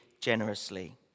generously